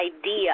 idea